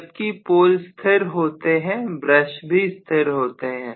जबकि पोल स्थिर होते हैं ब्रश भी स्थिर होते हैं